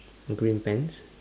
green pants